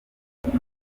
ameza